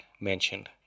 mentioned